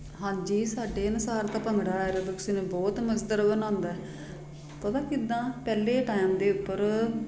ਹਾਂਜੀ ਸਾਡੇ ਅਨੁਸਾਰ ਤਾਂ ਭੰਗੜਾ ਐਰੋਬਿਕਸ ਨੂੰ ਬਹੁਤ ਮਜ਼ੇਦਾਰ ਬਣਾਉਂਦਾ ਪਤਾ ਕਿੱਦਾਂ ਪਹਿਲੇ ਟਾਈਮ ਦੇ ਉੱਪਰ